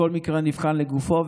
כל מקרה נבחן לגופו,